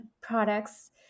products